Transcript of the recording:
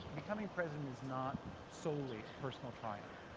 becoming president is not solely a personal triumph.